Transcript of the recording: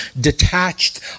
detached